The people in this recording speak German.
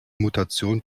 mutation